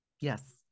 Yes